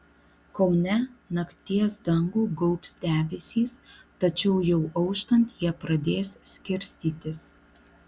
kaune nakties dangų gaubs debesys tačiau jau auštant jie pradės skirstytis